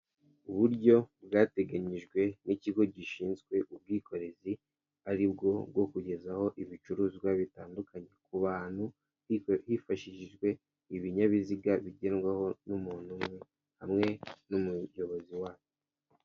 Uburyo bwateganyijwe n'ikigo gishinzwe ubwikorezi aribwo bwo kugezaho ibicuruzwa bitandukanye ku bantu hifashishijwe ibinyabiziga bigerwaho numuntu umwe hamwe n'umuyobozi wayo.